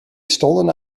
stolen